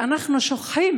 ואנחנו שוכחים